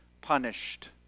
punished